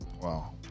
wow